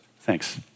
Thanks